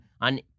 on